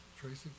Tracy